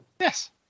Yes